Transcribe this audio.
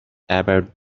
about